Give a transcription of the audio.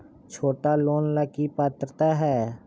छोटा लोन ला की पात्रता है?